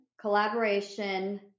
collaboration